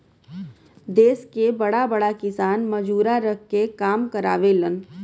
देस के बड़ा बड़ा किसान मजूरा रख के काम करावेलन